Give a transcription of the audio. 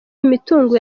imitungo